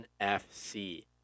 NFC